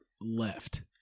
left